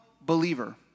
believer